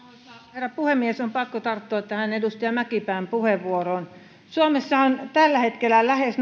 herra puhemies on pakko tarttua tähän edustaja mäkipään puheenvuoroon suomessa on tällä hetkellä lähes